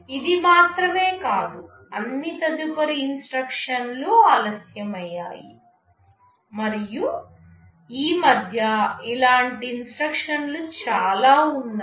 ఇది మాత్రమే కాదు అన్ని తదుపరి ఇన్స్ట్రక్షన్ లు ఆలస్యం అయ్యాయి మరియు ఈ మధ్య ఇలాంటి ఇన్స్ట్రక్షన్ లు చాలా ఉన్నాయి